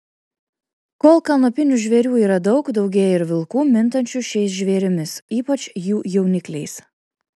kol kanopinių žvėrių yra daug daugėja ir vilkų mintančių šiais žvėrimis ypač jų jaunikliais